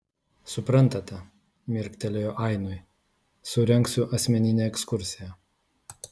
suprantate mirktelėjo ainui surengsiu asmeninę ekskursiją